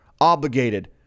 obligated